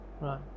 right